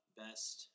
best